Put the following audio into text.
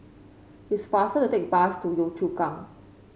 it's faster to take bus to Yio Chu Kang